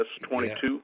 S22